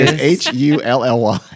H-U-L-L-Y